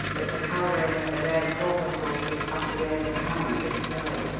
that the colouring of the red corpuscles is utterly overcome and destroyed.